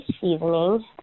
seasoning